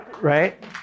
right